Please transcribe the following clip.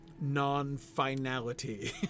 non-finality